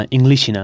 English